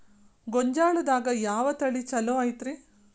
ಗೊಂಜಾಳದಾಗ ಯಾವ ತಳಿ ಛಲೋ ಐತ್ರಿ?